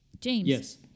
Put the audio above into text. James